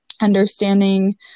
understanding